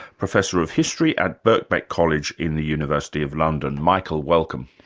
professor of history at birckbeck college in the university of london. michael, welcome.